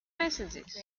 messages